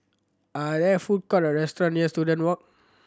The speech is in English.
are there food court or restaurant near Student Walk